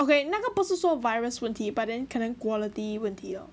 okay 那个不是说 virus 问题 but then 可能 quality 问题 liao